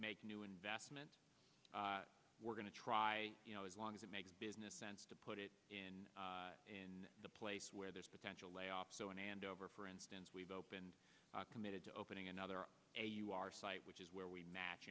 make new investments we're going to try you know as long as it makes business sense to put it in in a place where there's potential layoffs so and over for instance we've opened committed to opening another a you our site which is where we match